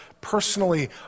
personally